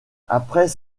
après